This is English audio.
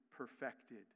perfected